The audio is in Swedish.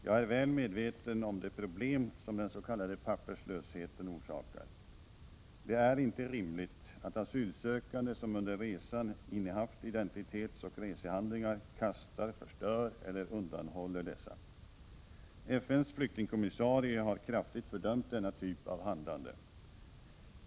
Jag är väl medveten om de problem som den s.k. papperslösheten orsakar. Det är inte rimligt att asylsökande som under resan innehaft identitetsoch resehandlingar, kastar, förstör eller undanhåller dessa. FN:s flyktingkommissarie har kraftigt fördömt denna typ av handlande.